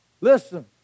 Listen